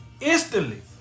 instantly